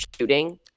shooting